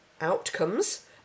outcomes